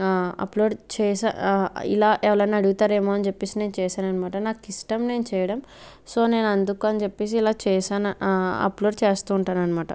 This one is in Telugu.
అప్లోడ్ చేసా ఇలా ఎవలన్న అడుగుతారేమో అని చెప్పేసి నేను చేసాననమాట నాకిష్టం నేను చేయడం సో నేను అందుకని చెప్పేసి ఇలా చేసాన అప్లోడ్ చేస్తూ ఉంటాననమాట